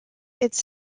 its